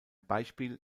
beispiel